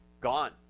gone